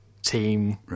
team